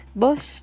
boss